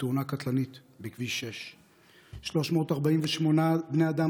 בתאונה קטלנית בכביש 6. 348 בני אדם